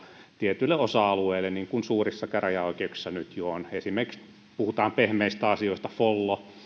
tietyille osa alueille niin kuin suurissa käräjäoikeuksissa nyt jo on puhutaan sitten pehmeistä asioista on esimerkiksi follo